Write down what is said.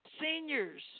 seniors